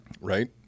right